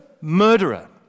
murderer